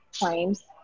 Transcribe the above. claims